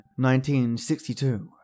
1962